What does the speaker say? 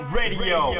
radio